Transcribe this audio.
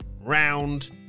Round